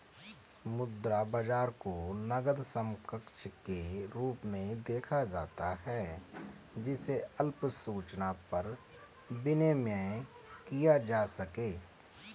मुद्रा बाजार को नकद समकक्ष के रूप में देखा जाता है जिसे अल्प सूचना पर विनिमेय किया जा सके